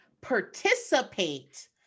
participate